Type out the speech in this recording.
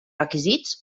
requisits